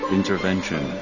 Intervention